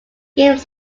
games